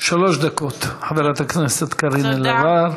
שלוש דקות, חברת הכנסת קארין אלהרר.